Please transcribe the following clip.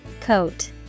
Coat